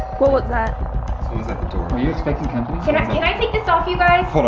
what was that? someones at the door were you expecting company? can can i take this off you guys? hold